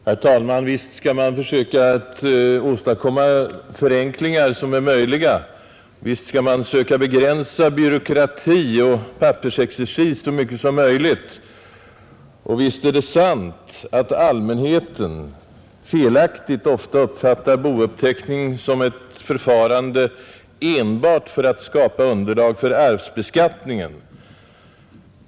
Herr talman! Visst skall man försöka att åstadkomma så många förenklingar som är möjligt, visst skall man söka begränsa byråkrati och pappersexercis så mycket det går och visst är det sant att allmänheten felaktigt ofta uppfattar bouppteckning som ett förfarande enbart för att skapa underlag för arvsbeskattningen.